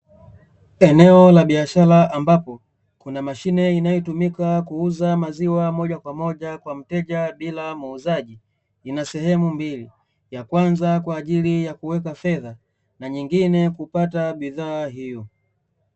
Eneo la biashara, ambapo kuna mashine inayotumika kuuza maziwa moja kwa moja kwa mteja bila muuzaji, ina sehemu mbili, ya kwanza kwa ajili ya kuweka fedha na nyingine kwa ajili ya kupata bidhaa hiyo.